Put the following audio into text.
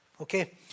okay